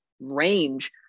range